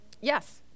Yes